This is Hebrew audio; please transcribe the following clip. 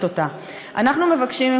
לפני שאנחנו אוכלים,